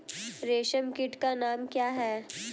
रेशम कीट का नाम क्या है?